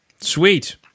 sweet